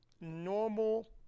normal